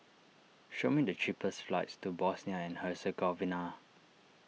show me the cheapest flights to Bosnia and Herzegovina